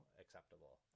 acceptable